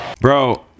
Bro